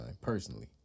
personally